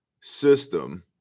system